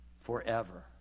forever